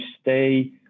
stay